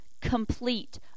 complete